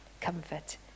comfort